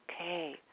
okay